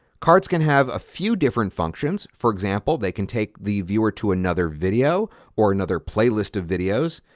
cards can have a few different functions. for example, they can take the viewer to another video or another playlist of videos.